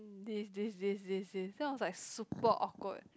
this this this this this then I was like super awkward